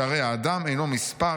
שהרי 'האדם אינו מספר,